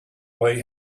way